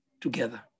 together